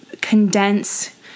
condense